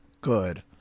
Good